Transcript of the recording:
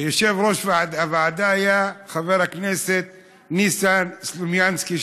והיושב-ראש היה חבר הכנסת ניסן סלומינסקי,